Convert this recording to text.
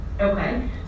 Okay